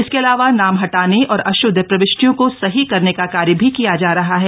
इसके अलावा नाम हटाने और अशुद्ध प्रविष्टियों को सही करने का कार्य भी किया जा रहा है